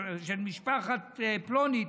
משפחת פלוני,